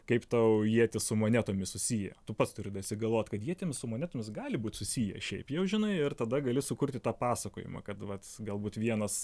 kaip tau ietis su monetomis susiję tu pats turi dasigalvot kad ietims su monetomis gali būt susiję šiaip jau žinai ir tada gali sukurti tą pasakojimą kad vat galbūt vienas